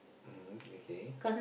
mm okay